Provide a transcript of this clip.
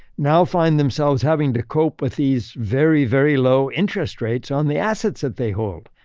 now find themselves having to cope with these very, very low interest rates on the assets that they hold.